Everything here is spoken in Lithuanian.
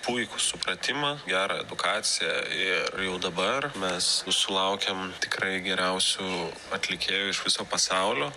puikų supratimą gerą edukaciją ir jau dabar mes sulaukiam tikrai geriausių atlikėjų iš viso pasaulio